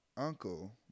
Uncle